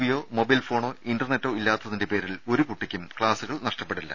വിയോ mobile ഫോണോ ഇന്റർനെറ്റോ ഇല്ലാത്തതിന്റെ പേരിൽ ഒരു കുട്ടിക്കും ക്ലാസുകൾ നഷ്ടപ്പെടില്ല